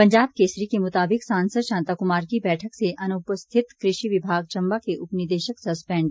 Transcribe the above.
पंजाब केसरी के मुताबिक सांसद शांता कुमार की बैठक से अनुपस्थित कृषि विभाग चम्बा के उपनिदेशक सस्पेंड